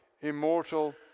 immortal